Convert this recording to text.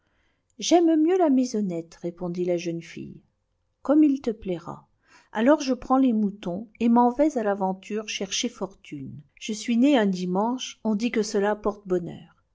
j'aime mieux la maisonnette répondit la jeune fille comme il te plaira alors je prends les moutons et m'en vais à l'aventure chercher fortune je suis né un dimanche on dit que cela orle bonheur